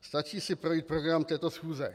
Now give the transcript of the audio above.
Stačí si projít program této schůze.